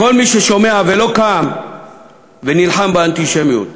כל מי ששומע ולא קם ונלחם באנטישמיות,